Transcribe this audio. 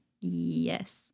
Yes